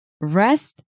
Rest